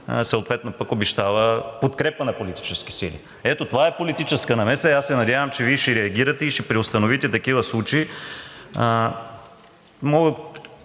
съответно пък обещава подкрепа на политически сили. Ето това е политическа намеса. Надявам се, че Вие ще реагирате и ще преустановите такива случаи.